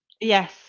Yes